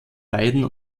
weiden